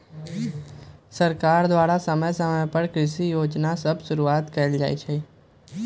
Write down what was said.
सरकार द्वारा समय समय पर कृषि जोजना सभ शुरुआत कएल जाइ छइ